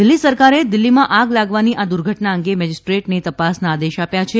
દિલ્ફી સરકારે દિલ્ફીમાં આગ લાગવાની આ દુર્ઘટના અંગે મેજીસ્ટ્રેટને તપાસના આદેશ આપ્યા છે